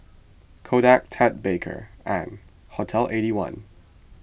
Kodak Ted Baker and Hotel Eighty One